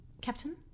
Captain